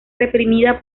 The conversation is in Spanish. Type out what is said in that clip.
reprimida